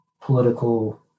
political